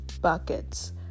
buckets